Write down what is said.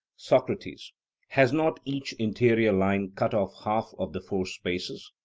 socrates has not each interior line cut off half of the four spaces?